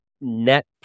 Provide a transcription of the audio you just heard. net